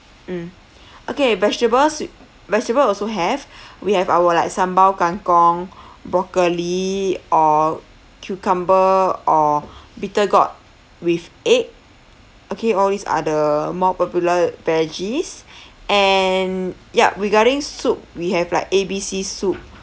mm okay vegetables vegetable also have we have our like sambal kangkong broccoli or cucumber or bitter gourd with egg okay all these are the more popular veggies and yup regarding soup we have like A B C soup